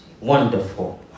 wonderful